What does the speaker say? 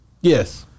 Yes